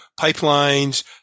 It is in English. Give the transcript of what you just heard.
pipelines